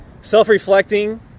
Self-reflecting